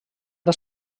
era